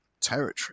territory